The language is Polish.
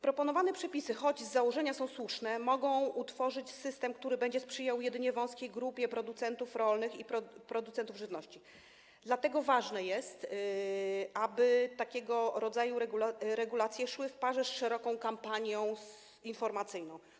Proponowane przepisy, choć z założenia są słuszne, mogą utworzyć system, który będzie sprzyjał jedynie wąskiej grupie producentów rolnych i producentów żywności, dlatego ważne jest, aby takiego rodzaju regulacje szły w parze z szeroką kampanią informacyjną.